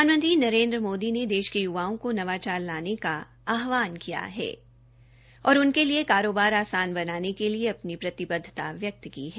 प्रधानमंत्री नरेन्द्र मोदी ने देश के युवाओं को नवाचार लाने का आहवान कियाहै और उनके कारोबार आसान बनाने के लिए अपनी प्रतिबद्धता व्यक्त की है